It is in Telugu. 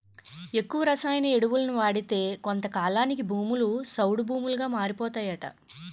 ఎక్కువ రసాయన ఎరువులను వాడితే కొంతకాలానికి భూములు సౌడు భూములుగా మారిపోతాయట